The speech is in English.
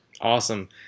Awesome